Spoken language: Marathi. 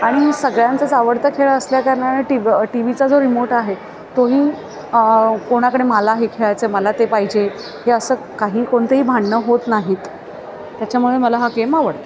आणि सगळ्यांचाच आवडता खेळ असल्याकारणाने टिव टी व्हीचा जो रिमोट आहे तोही कोणाकडे मला हे खेळायचं आहे मला ते पाहिजे हे असं काही कोणतंही भांडणं होत नाहीत त्याच्यामुळे मला हा गेम आवडतो